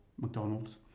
McDonald's